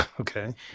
Okay